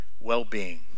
well-being